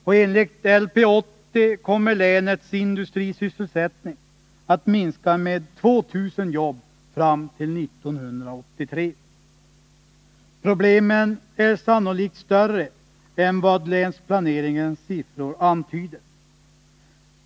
Och enligt LP 80 kommer länets industrisysselsättning att minska med 2000 jobb fram till 1983. Problemen är sannolikt större än vad länsplaneringens siffror antyder.